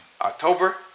October